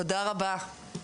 תודה רבה.